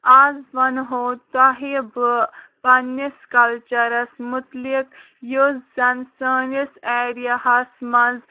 آز وَنہٕ ہو تۄہہِ بہٕ پَنٛنِس کَلچَرس مُتلق یُس زَن سٲنِس ایرِیاہَس منٛز